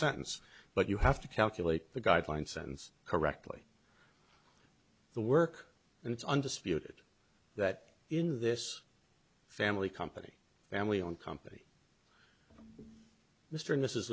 sentence but you have to calculate the guideline sentence correctly the work and it's undisputed that in this family company family owned company mr and mrs